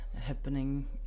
happening